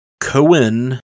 Cohen